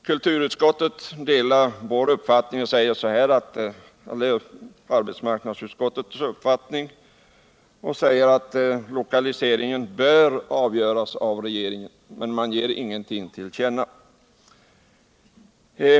Kulturutskottet delar vår uppfattning och uttalar att lokaliseringen bör göras av regeringen, men det ger ingenting till känna.